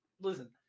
listen